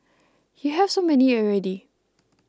you have so many already